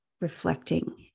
reflecting